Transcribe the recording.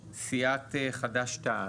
חד"ש-תע"ל.